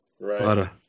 right